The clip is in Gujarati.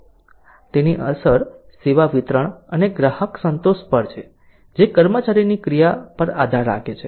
તેની અસર સેવા વિતરણ અને ગ્રાહક સંતોષ પર છે જે કર્મચારી ની ક્રિયા પર આધાર રાખે છે